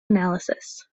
analysis